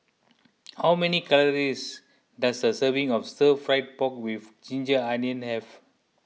how many calories does a serving of Stir Fry Pork with Ginger Onions have